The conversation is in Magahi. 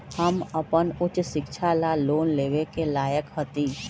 हम अपन उच्च शिक्षा ला लोन लेवे के लायक हती?